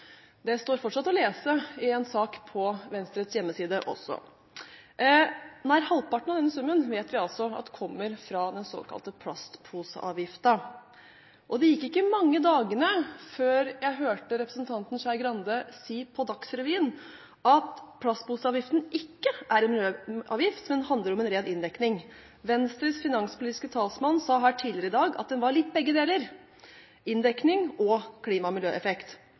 Det står fortsatt å lese i en sak på Venstres hjemmeside også. Nær halvparten av denne summen vet vi kommer fra den såkalte plastposeavgiften. Men det gikk ikke mange dagene før jeg hørte representanten Skei Grande si på Dagsrevyen at plastposeavgiften ikke er en miljøavgift, men handler om en ren inndekning. Venstres finanspolitiske talsmann sa her tidligere i dag at det var litt begge deler – inndekning og klima- og miljøeffekt.